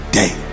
day